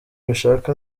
bishaka